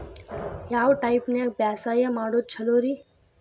ಯಾವ ಟೈಪ್ ನ್ಯಾಗ ಬ್ಯಾಸಾಯಾ ಮಾಡೊದ್ ಛಲೋರಿ?